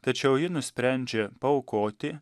tačiau ji nusprendžia paaukoti